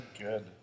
good